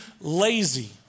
lazy